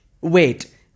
Wait